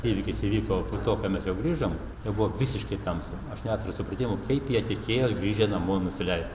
įvykis įvyko po to ką mes jau grįžom jau buvo visiškai tamsu aš neturiu supratimo kaip jie tikėjos grįžę namo nusileist